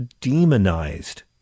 demonized